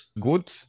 good